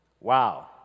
Wow